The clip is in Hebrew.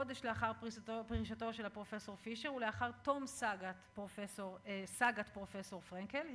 חודש לאחר פרישתו של הפרופסור פישר ולאחר תום סאגת פרופסור פרנקל,